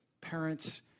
parents